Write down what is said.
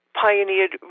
pioneered